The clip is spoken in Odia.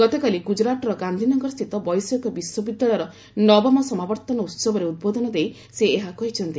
ଗତକାଲି ଗୁଜରାଟର ଗାନ୍ଧିନଗରସ୍ଥିତ ବୈଷୟିକ ବିଶ୍ୱବିଦ୍ୟାଳୟର ନବମ ସମାବର୍ତ୍ତନ ଭହବରେ ଉଦ୍ବୋଧନ ଦେଇ ସେ ଏହା କହିଛନ୍ତି